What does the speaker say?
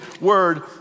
word